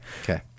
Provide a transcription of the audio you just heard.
Okay